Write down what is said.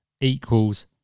equals